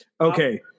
Okay